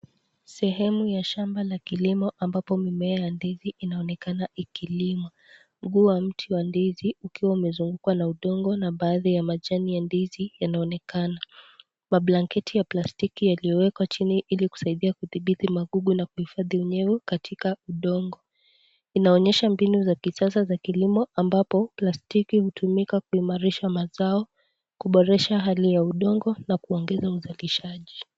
Sehemu ya shamba la kilimo ambapo mmea ya ndizi inaonekana ikilimwa. Mguu wa mti wa ndizi ukiwa umezungukwa na udongo na baadhi ya majani ya ndizi yanaonekana. Mablanketi ya plastiki yaliyowekwa chini ili kusaidia kudhibithi magugu na kuhifadhi unyevu katika udongo. Inaonyesha mbinu za kisasa za kilimo ambapo plastiki hutumika kuimarisha mazao, kuboresha Hali ya udongo na kuongeza uzalishaji.